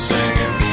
Singing